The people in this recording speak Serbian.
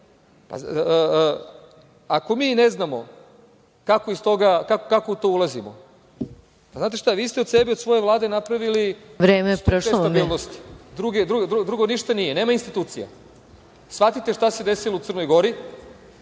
ako mi ne znamo kako u to ulazimo, znate šta, vi ste od sebe i svoje Vlade napravili splet nestabilnosti, drugo ništa nije, nema institucije. Shvatite šta se desilo u Crnoj Gori,